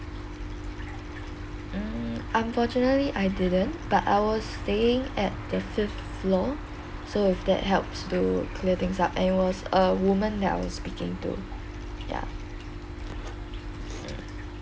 mm unfortunately I didn't but I was staying at the fifth floor so if that helps to clear things up and it was a woman that I was speaking to ya